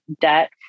debt